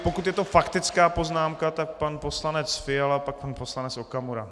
Pokud je to faktická poznámka, tak pan poslanec Fiala, pak pan poslanec Okamura.